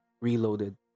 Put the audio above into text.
reloaded